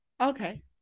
Okay